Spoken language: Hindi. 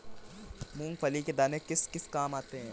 मूंगफली के दाने किस किस काम आते हैं?